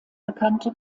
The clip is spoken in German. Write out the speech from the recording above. bekannte